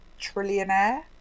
trillionaire